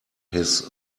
his